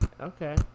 Okay